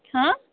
ہہ